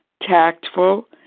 tactful